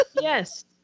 Yes